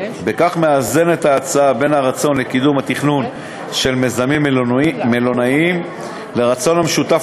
בכך מאזנת ההצעה בין הרצון בקידום התכנון של מיזמים מלונאיים לרצון המשותף